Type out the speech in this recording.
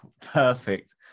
perfect